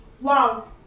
wow